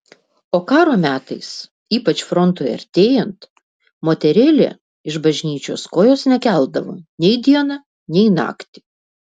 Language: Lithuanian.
o karo metais ypač frontui artėjant moterėlė iš bažnyčios kojos nekeldavo nei dieną nei naktį